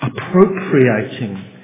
Appropriating